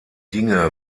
dinge